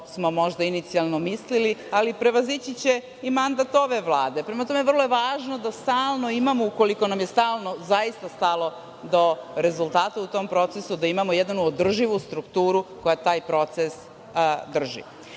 smo možda inicijalno mislili, ali prevazići će i mandat ove Vlade. Prema tome, vrlo je važno da stalno imamo, ukoliko nam je stvarno zaista stalo do rezultata u tom procesu, jednu održivu strukturu koja taj proces drži. Mi